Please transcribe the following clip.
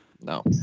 No